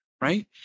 Right